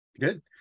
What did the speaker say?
Good